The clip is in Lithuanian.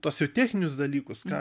tuos jau techninius dalykus ką